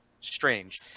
strange